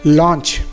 launch